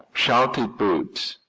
shouted bert.